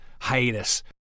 hiatus